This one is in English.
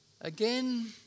Again